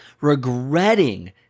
regretting